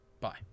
Bye